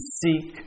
seek